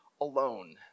alone